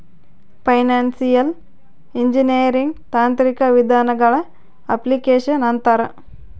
financial engineering ತಾಂತ್ರಿಕ ವಿಧಾನಗಳ application ಅಂತಾರ